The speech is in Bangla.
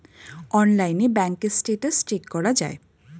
অনলাইনে ব্যাঙ্কের স্ট্যাটাস চেক করা যায়